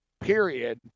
period